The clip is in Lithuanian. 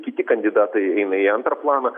kiti kandidatai eina į antrą planą